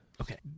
Okay